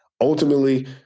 Ultimately